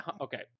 Okay